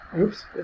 Oops